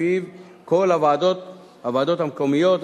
שלפיו כל הוועדות המקומיות,